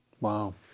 Wow